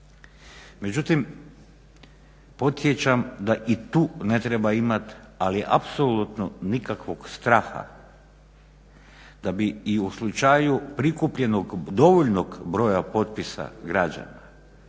Međutim podsjećam da i tu ne treba imati ali apsolutno nikakvog straha da bi i u slučaju prikupljenog dovoljnog broja potpisa građana